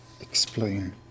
Explain